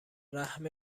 رحم